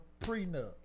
prenup